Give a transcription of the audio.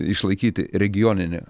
išlaikyti regioninį